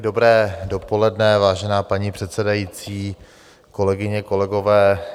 Dobré dopoledne, vážená paní předsedající, kolegyně, kolegové.